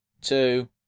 two